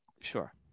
Sure